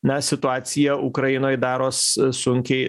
na situacija ukrainoj daros sunkiai